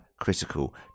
critical